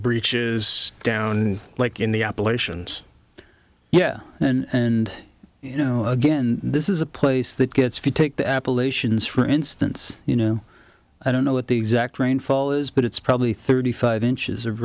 breaches down like in the appalachians yeah and you know again this is a place that gets if you take the appalachians for instance you know i don't know what the exact rainfall is but it's probably thirty five inches of